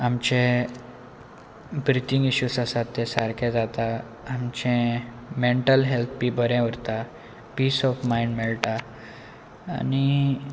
आमचे breathing issues आसात ते सारके जाता आमचें मँटल हॅल्थ बी बरें उरता पीस ऑफ मायंड मेळटा आनी